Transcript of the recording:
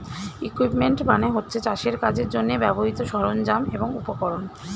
equipment মানে হচ্ছে চাষের কাজের জন্যে ব্যবহৃত সরঞ্জাম এবং উপকরণ